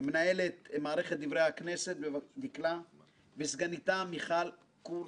מנהלת מערכת דברי הכנסת, וסגניתה מיכל קורץ.